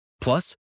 Plus